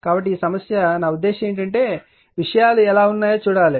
కాబట్టి ఈ సమస్య నా ఉద్దేశ్యం ఏమిటంటే విషయాలు ఎలా ఉన్నాయో చూడాలి